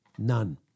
None